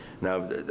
Now